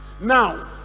now